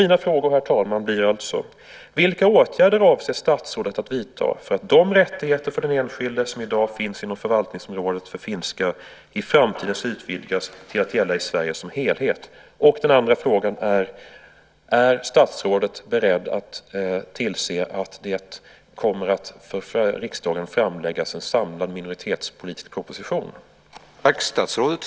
Mina frågor blir alltså: Vilka åtgärder avser statsrådet att vidta för att de rättigheter för den enskilde som i dag finns inom förvaltningsområdet för finska i framtiden ska utvidgas till att gälla i Sverige som helhet? Är statsrådet beredd att tillse att det kommer att framläggas en samlad minoritetspolitisk proposition för riksdagen?